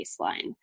baseline